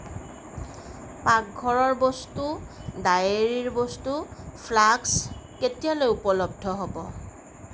পাকঘৰৰ বস্তু ডায়েৰীৰ বস্তু ফ্লাস্ক কেতিয়ালৈ উপলব্ধ হ'ব